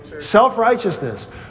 Self-righteousness